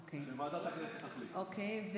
אוקיי.